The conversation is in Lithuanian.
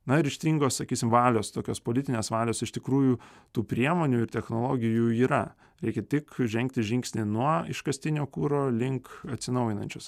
na ryžtingos sakysim valios tokios politinės valios iš tikrųjų tų priemonių ir technologijų jų yra reikia tik žengti žingsnį nuo iškastinio kuro link atsinaujinančios